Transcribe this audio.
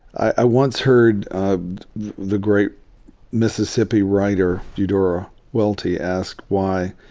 i once heard the great mississippi writer eudora welty asked why